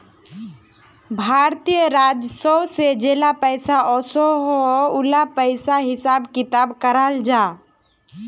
भारतीय राजस्व से जेला पैसा ओसोह उला पिसार हिसाब किताब कराल जाहा